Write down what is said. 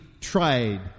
tried